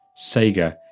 Sega